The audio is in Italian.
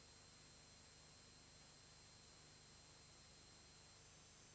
Grazie,